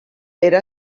era